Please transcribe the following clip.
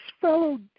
fellow